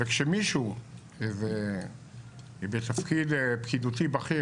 כשמישהו בתפקיד פקידותי בכיר,